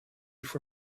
for